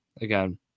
again